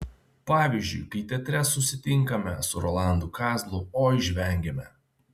pavyzdžiui kai teatre susitinkame su rolandu kazlu oi žvengiame